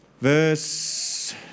Verse